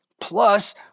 Plus